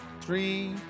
three